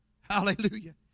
Hallelujah